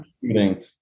shooting